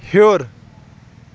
ہیوٚر